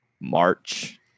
March